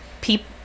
people